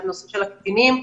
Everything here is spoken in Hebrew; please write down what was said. הנושא של הקטינים,